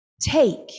take